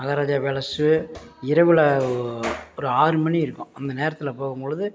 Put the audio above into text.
Maharaja palace இரவுல ஒரு ஆறு மணி இருக்கும் அந்த நேரத்தில் போகும்பொலுது